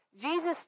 Jesus